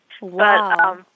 Wow